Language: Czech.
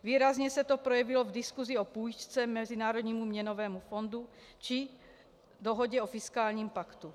Výrazně se to projevilo v diskusi o půjčce Mezinárodnímu měnovému fondu či dohodě o fiskálním paktu.